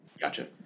Gotcha